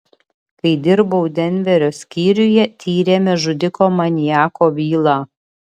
kai dirbau denverio skyriuje tyrėme žudiko maniako bylą